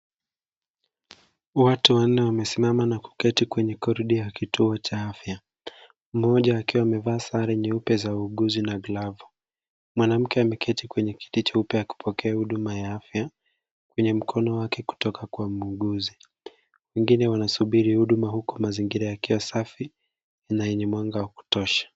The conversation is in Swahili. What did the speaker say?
Watu wanne wamesimama na kuketi kwenye korido ya kituo cha afya, mmoja akiwa amevaa sare nyeupe za uuguzi na glavu. Mwanamke ameketi kwenye kiti cha upekee akipokea huduma ya afya kwenye mkono wake kutoka kwa muuguzi. Wengine wanasubiri huduma huku mazingira yakiwa safi na yenye mwanga wa kutosha.